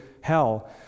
hell